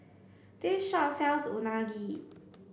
this shop sells Unagi